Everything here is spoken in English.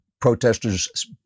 protesters